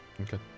Okay